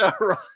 right